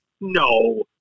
No